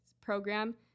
program